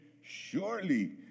Surely